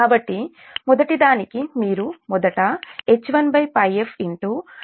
కాబట్టి మొదటి దానికి మీరు మొదట H1Πf d21dt2 Pi1 - Pe1